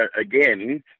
Again